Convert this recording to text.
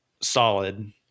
solid